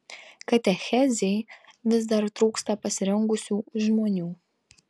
katechezei vis dar trūksta pasirengusių žmonių